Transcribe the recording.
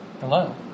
Hello